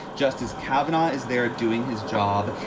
justice kavanaugh is there doing his job.